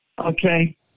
Okay